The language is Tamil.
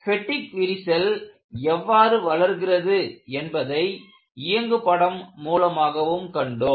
பெட்டிக் பெடிக் விரிசல் எவ்வாறு வளர்கிறது என்பதை இயங்குபடம் மூலமாகவும் கண்டோம்